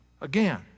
Again